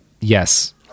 Yes